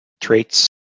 Traits